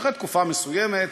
אחרי תקופה מסוימת,